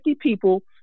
people